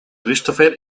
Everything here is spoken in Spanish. christopher